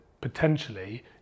potentially